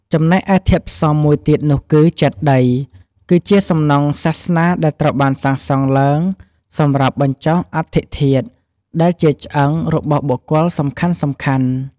ចំណែកឯធាតុផ្សំមួយទៀតនោះគឺ ចេតិយ គឺជាសំណង់សាសនាដែលត្រូវបានសាងសង់ឡើងសម្រាប់ បញ្ចុះអដ្ឋិធាតុ ដែលជាឆ្អឹង របស់បុគ្គលសំខាន់ៗ។